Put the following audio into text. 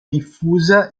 diffusa